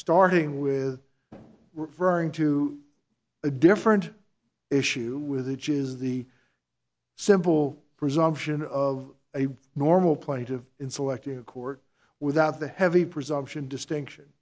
starting with referring to a different issue with it is the simple presumption of a normal plaintive in selective court without the heavy presumption distinction